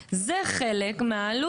זה ממש לא נכון.